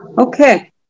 okay